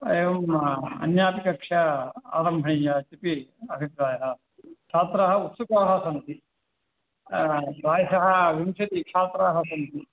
एवम् अन्यापि कक्षा आरम्भनीया इत्यपि अभिप्रायः छात्राः उत्सुकाः सन्ति प्रायशः विंशतिछात्राः सन्ति